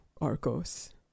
Arcos